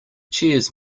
cheers